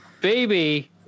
Baby